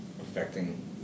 affecting